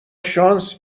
شانس